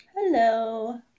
Hello